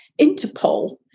Interpol